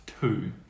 Two